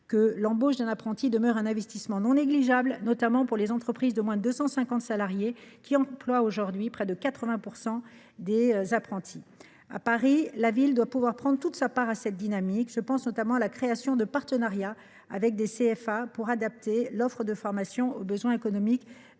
que l’embauche d’un apprenti constitue un investissement non négligeable, notamment pour les entreprises de moins de 250 salariés, qui emploient aujourd’hui près de 80 % des apprentis. À Paris, la ville doit pouvoir prendre toute sa part à cette dynamique. Je pense notamment à la création de partenariats avec des CFA pour adapter l’offre de formation aux besoins économiques